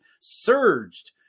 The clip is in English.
surged